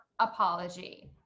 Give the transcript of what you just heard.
apology